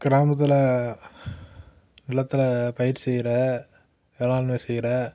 கிராமத்தில் நிலத்தில் பயிர் செய்கிற வேளாண்மை செய்கிற